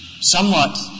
somewhat